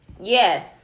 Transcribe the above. Yes